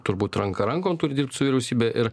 turbūt ranka rankon turi dirbt su vyriausybe ir